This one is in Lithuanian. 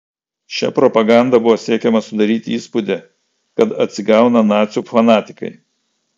šia propaganda buvo siekiama sudaryti įspūdį kad atsigauna nacių fanatikai